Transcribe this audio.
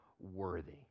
worthy